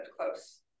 close